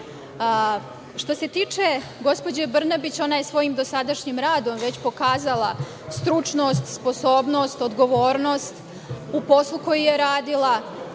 se tiče gospođe Brnabić, ona je svojim dosadašnjim radom već pokazala stručnost, sposobnost, odgovornost u poslu koji je radila.